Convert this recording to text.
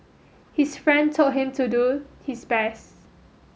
his friend told him to do his best